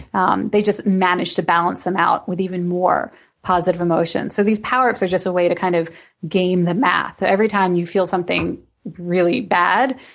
um they just manage to balance them out with even more positive emotions. so these power-ups are just a way to kind of game the math. every time you feel something something really bad,